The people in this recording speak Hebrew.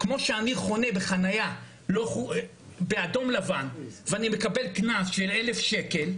כמו שאני חונה בחניה באדום-לבן ואני מקבל קנס של אלף שקל,